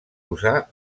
usar